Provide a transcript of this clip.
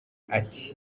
ati